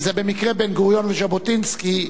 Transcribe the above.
מופז וביבי, זה במקרה בן-גוריון וז'בוטינסקי,